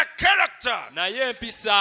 Character